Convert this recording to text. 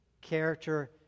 character